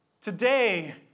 today